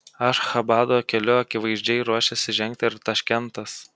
ašchabado keliu akivaizdžiai ruošiasi žengti ir taškentas